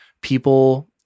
people